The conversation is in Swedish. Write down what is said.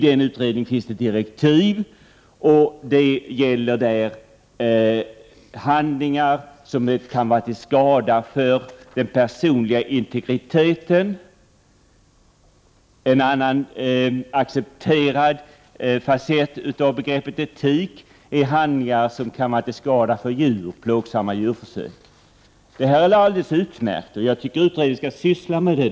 Den utredningen har fått direktiv, där man nämner handlingar som kan vara till skada för den personliga integriteten. En annan accepterad fasett av begreppet etik är handlingar som kan vara till skada för djur, dvs. plågsamma djurförsök. Detta är alldeles utmärkt, och jag tycker att utredningen skall syssla med det.